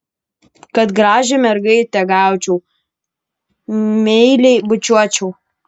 kad gražią mergaitę gaučiau meiliai bučiuočiau